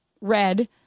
red